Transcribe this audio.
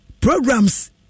programs